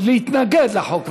להתנגד לחוק.